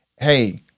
Hey